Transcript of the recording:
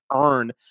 earn